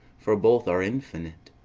for both are infinite.